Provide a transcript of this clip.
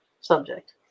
subject